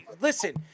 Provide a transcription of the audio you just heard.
listen